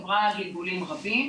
עברה גלגולים רבים.